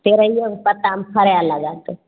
तेरहिए गो पत्तामे फड़ै लगत